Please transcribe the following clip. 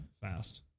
fast